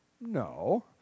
No